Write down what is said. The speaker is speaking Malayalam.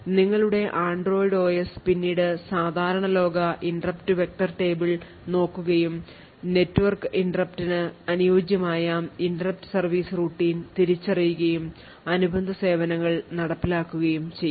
നിങ്ങളുടെ Android OS പിന്നീട് സാധാരണ ലോക interrupt vector table നോക്കുകയും നെറ്റ്വർക്ക് interruptന് അനുയോജ്യമായ interrupt service routine തിരിച്ചറിയുകയും അനുബന്ധ സേവനങ്ങൾ നടപ്പിലാക്കുകയും ചെയ്യും